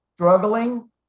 struggling